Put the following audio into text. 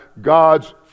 God's